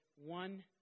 one